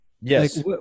Yes